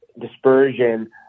dispersion